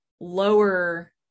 lower